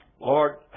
Lord